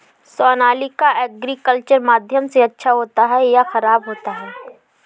Sonalika agriculture माध्यम से अच्छा होता है या ख़राब होता है?